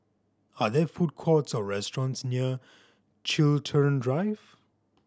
are there food courts or restaurants near Chiltern Drive